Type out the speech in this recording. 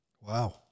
Wow